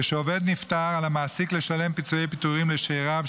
כשעובד נפטר על המעסיק לשלם פיצויי פיטורים לשאיריו,